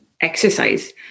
exercise